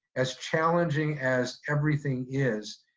as challenging as everything is,